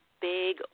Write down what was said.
big